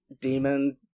demon